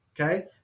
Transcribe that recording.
Okay